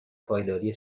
پایداری